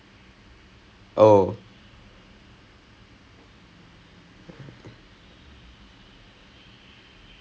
like ஒரு:oru to get like one rough idea இது தான்:ithu thaan dah பண்ணுவாங்க இந்த வருஷத்துக்கு:pannuvaanga intha varushatthukku and everything so